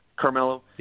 Carmelo